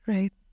Right